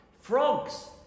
Frogs